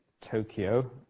Tokyo